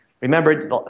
remember